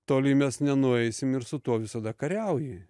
toli mes nenueisim ir su tuo visada kariauji